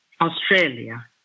Australia